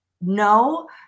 no